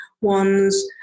ones